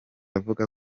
avuga